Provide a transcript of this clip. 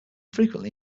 frequently